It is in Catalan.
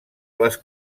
les